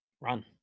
Run